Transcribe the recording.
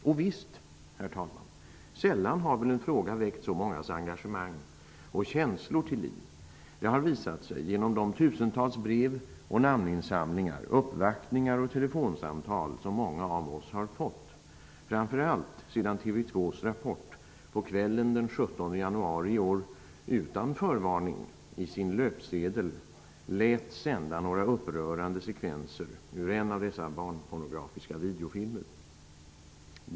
Och visst -- sällan har väl en fråga väckt så mångas engagemang och känslor till liv; det har visat sig genom de tusentals brev, namninsamlingar, uppvaktningar och telefonsamtal som många av oss har fått, framför allt sedan TV 2:s Rapport på kvällen den 17 januari i år, utan förvarning, i sin löpsedel lät sända några upprörande sekvenser ur en av dessa barnpornografiska videofilmer.